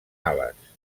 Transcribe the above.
ales